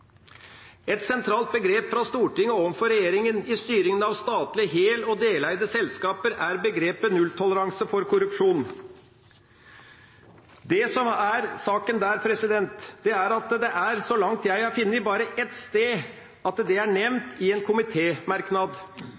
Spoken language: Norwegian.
Et sentralt begrep fra Stortinget overfor regjeringen i styringen av statlige hel- og deleide selskaper er begrepet «nulltoleranse for korrupsjon». Det som der er saken, er at det, så langt jeg har funnet, bare er ett sted det er nevnt i en